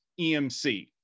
EMC